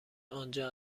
آنجا